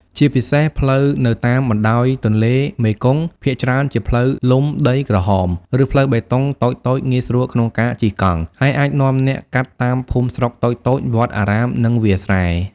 ជាពិសេស ផ្លូវនៅតាមបណ្តោយទន្លេមេគង្គភាគច្រើនជាផ្លូវលំដីក្រហម ឬផ្លូវបេតុងតូចៗងាយស្រួលក្នុងការជិះកង់ ហើយអាចនាំអ្នកកាត់តាមភូមិស្រុកតូចៗ វត្តអារាម និងវាលស្រែ។